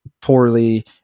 poorly